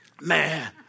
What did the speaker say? Man